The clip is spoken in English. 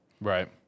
Right